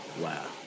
Wow